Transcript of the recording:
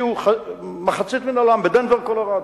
מחצית מהאולם, בדנוור קולורדו,